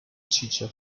teacher